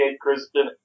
Kristen